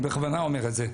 אני בכוונה אומר את זה.